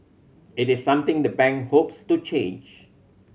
it is something the bank hopes to change